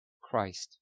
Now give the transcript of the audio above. Christ